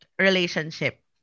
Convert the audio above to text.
relationship